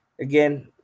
again